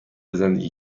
زندگی